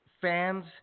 fans